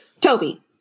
Toby